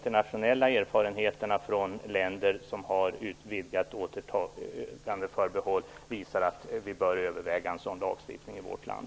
Erfarenheterna från länder som har ett utvidgat återtagandeförbehåll visar att vi bör överväga en sådan lagstiftning i vårt land.